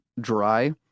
dry